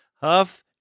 Huff